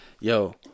yo